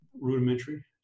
rudimentary